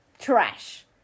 trash